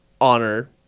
honor